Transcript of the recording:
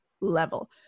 level